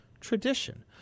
tradition